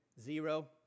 Zero